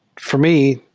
for me,